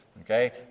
okay